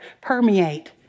permeate